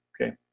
Okay